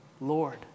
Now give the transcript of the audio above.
Lord